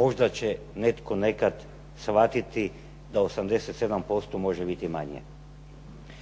možda će netko nekada shvatiti da 87% može biti manje.